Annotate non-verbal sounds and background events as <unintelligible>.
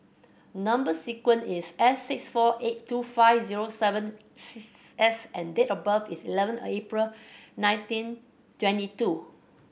number sequence is S six four eight two five zero seven <unintelligible> S and date of birth is eleven April nineteen twenty two